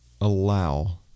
allow